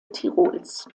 tirols